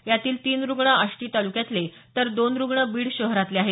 यातील तीन रूग्ण आष्टी तालुक्यातले तर दोन रूग्ण बीड शहरातले आहेत